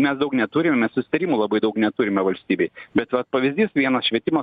mes daug neturime mes susitarimų labai daug neturime valstybėj bet vat pavyzdys vienas švietimo